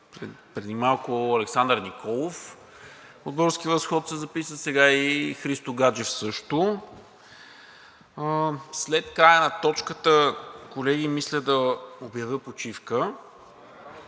преди малко Александър Николов от „Български възход“ се записа, сега и Христо Гаджев също. След края на точката, колеги, мисля да обявя почивка,